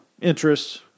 Interests